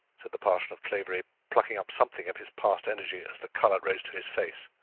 said the parson of clavering, plucking up something of his past energy, as the colour rose to his face,